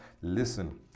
Listen